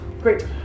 Great